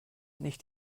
nicht